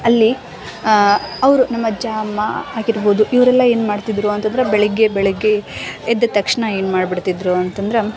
ಅಲ್ಲಿ ಅವರು ನಮ್ಮಜ್ಜ ಅಮ್ಮ ಆಗಿರ್ಬೋದು ಇವರೆಲ್ಲ ಏನು ಮಾಡ್ತಿದ್ದರು ಅಂತಂದ್ರೆ ಬೆಳಗ್ಗೆ ಬೆಳಗ್ಗೆ ಎದ್ದ ತಕ್ಷಣ ಏನು ಮಾಡ್ಬಿಡ್ತಿದ್ದರು ಅಂತಂದ್ರೆ